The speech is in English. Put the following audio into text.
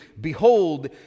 behold